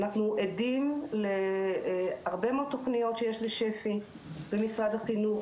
אנחנו עדים להרבה מאוד תוכניות שיש לשפ"י במשרד החינוך,